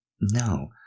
No